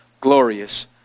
glorious